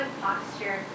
posture